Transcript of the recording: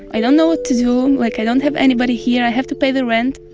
i don't know what to do, like i don't have anybody here. i have to pay the rent.